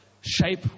shape